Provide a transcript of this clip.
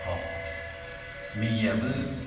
अ मेगिआबो